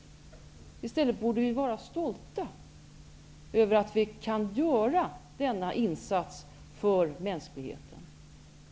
Vi borde vara stolta över att vi kan göra denna insats för mänskligheten.